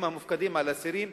הם המופקדים על אסירים,